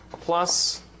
plus